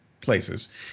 places